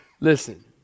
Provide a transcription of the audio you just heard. Listen